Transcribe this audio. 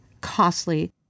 costly